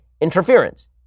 interference